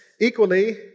equally